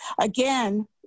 Again